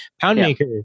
Poundmaker